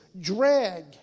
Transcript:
drag